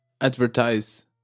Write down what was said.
advertise